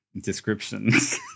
descriptions